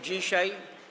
Dzisiaj.